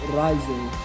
rising